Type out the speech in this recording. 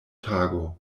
tago